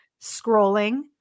Scrolling